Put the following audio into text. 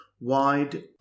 Wide